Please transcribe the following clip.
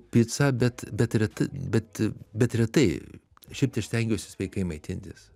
picą bet bet ret bet bet retai šiaip tai aš stengiuosi sveikai maitintis